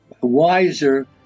wiser